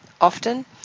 often